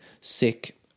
sick